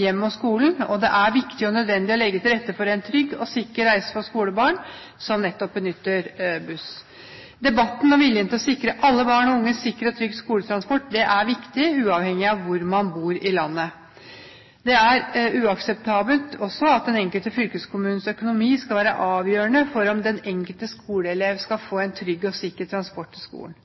hjem og skole, og det er viktig og nødvendig å legge til rette for en trygg og sikker reise for skolebarn som benytter buss. Debatten og viljen til å sikre alle barn og unge sikker og trygg skoletransport er viktig, uavhengig av hvor man bor i landet. Det er uakseptabelt at den enkelte fylkeskommunes økonomi skal være avgjørende for om den enkelte skoleelev skal få en trygg og sikker transport til skolen.